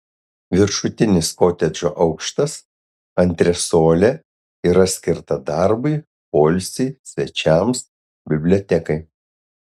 viršutinis kotedžo aukštas antresolė yra skirta darbui poilsiui svečiams bibliotekai